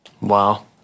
Wow